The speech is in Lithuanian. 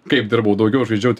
kaip dirbau daugiau žaidžiau